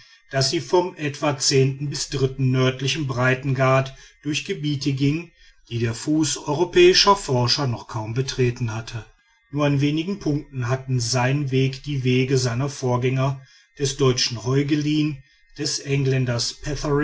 daß sie vom etwa bis nördlichen breitengrad durch gebiete gingen die der fuß europäischer forscher noch kaum betreten hatte nur an wenigen punkten hat sein weg die wege seiner vorgänger des deutschen heuglin des engländers